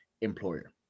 employer